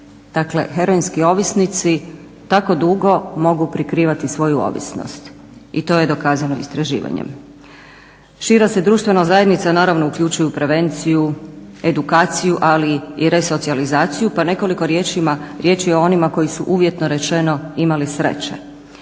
Dakle, heroinski ovisnici tako dugo mogu prikrivati svoju ovisnost i to je dokazano istraživanjem. Šira se društvena zajednica naravno uključuje u prevenciju, edukaciju ali i resocijalizaciju pa nekoliko riječi o onima koji su uvjetno rečeno imali sreće.